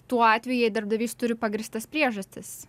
tuo atveju jei darbdavys turi pagrįstas priežastis